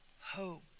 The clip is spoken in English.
hope